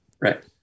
Right